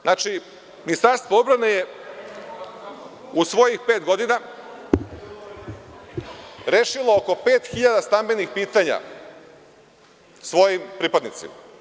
Znači, Ministarstvo odbrane je u svojih pet godina rešilo oko 5.000 stambenih pitanja svojim pripadnicima.